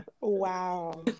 Wow